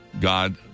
God